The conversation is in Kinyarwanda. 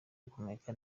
guhumeka